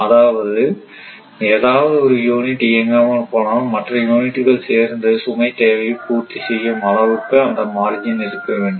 அதாவது ஏதாவது ஒரு யூனிட் இயங்காமல் போனால் மற்ற யூனிட்டுகள் சேர்ந்து சுமை தேவையைப் பூர்த்தி செய்யும் அளவுக்கு அந்த மார்ஜின் இருக்க வேண்டும்